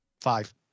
Five